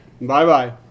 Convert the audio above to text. Bye-bye